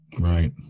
Right